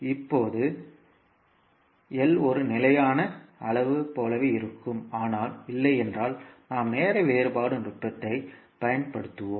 இப்போது L ஒரு நிலையான அளவு போலவே இருக்கும் ஆனால் இல்லை என்றால் நாம் நேர வேறுபாடு நுட்பத்தைப் பயன்படுத்துவோம்